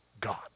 God